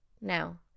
Now